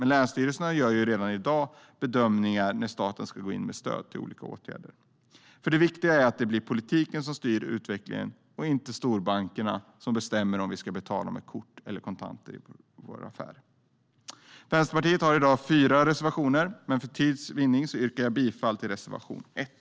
Men länsstyrelserna gör redan i dag bedömningar av när staten ska gå in med stöd till olika åtgärder. Det viktiga är att det är politiken som styr utvecklingen och att det inte är storbankerna som bestämmer om vi ska betala med kort eller kontanter i vår affär. Vänsterpartiet har fyra reservationer, men för tids vinnande yrkar jag bifall bara till reservation 1.